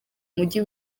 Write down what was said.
mujyi